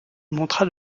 montra